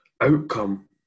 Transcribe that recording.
outcome